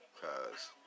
Cause